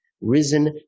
risen